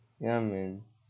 ya man